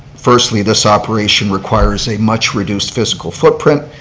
firstly this operation requires a much reduced physical footprint.